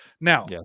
Now